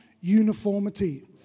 uniformity